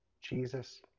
Jesus